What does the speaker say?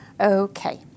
Okay